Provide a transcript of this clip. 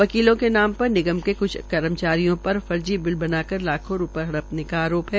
वकीलों के नाम पर निगम के कुछ कर्मचारियों पर फर्जी बिल बना कर लाखों रूपये हड़पने का आरोप है